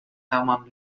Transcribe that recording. hermann